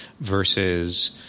versus